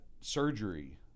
surgery